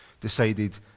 decided